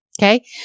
Okay